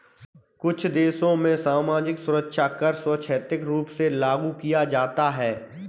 कुछ देशों में सामाजिक सुरक्षा कर स्वैच्छिक रूप से लागू किया जाता है